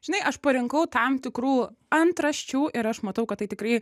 žinai aš parinkau tam tikrų antraščių ir aš matau kad tai tikrai